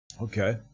Okay